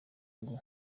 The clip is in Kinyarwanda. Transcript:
ngo